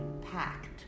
packed